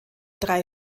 drei